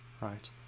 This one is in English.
right